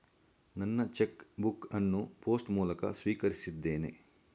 ನನ್ನ cheque book ಅನ್ನು post ಮೂಲಕ ಸ್ವೀಕರಿಸಿದ್ದೇನೆ